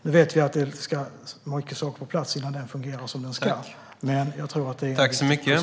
Nu vet vi att det är många saker som ska på plats innan den fungerar som den ska, men jag tror att det är en viktig pusselbit.